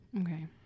Okay